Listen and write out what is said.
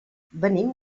venim